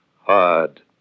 hard